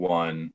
one